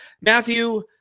Matthew